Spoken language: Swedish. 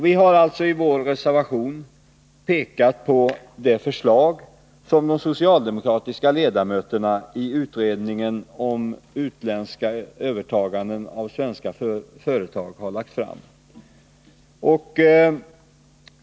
Vi har i vår reservation pekat på det förslag som de socialdemokratiska ledamöterna i utredningen om utländskt övertagande av svenska företag har lagt fram.